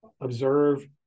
observe